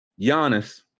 Giannis